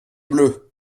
bleus